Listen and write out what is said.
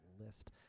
list